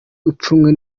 ipfunwe